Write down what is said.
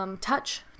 touch